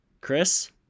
Chris